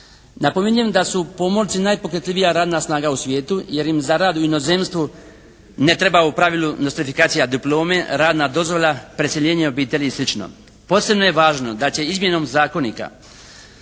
Napominjem da su pomorci najpokretljivija radna snaga u svijetu jer im zarada u inozemstvu, ne treba u pravilu nostrifikacija diplome, radna dozvola, preseljenje obitelji i sl. Posebno je važno da će izmjenom zakonika